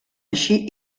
així